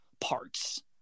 parts